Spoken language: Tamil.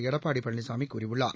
எடப்பாடி பழனிசாமி கூறியுள்ளார்